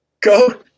Go